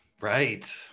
right